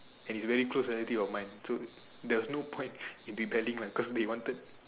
and it's very close relative of mine so there was no point in rebelling lah cause they wanted